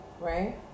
right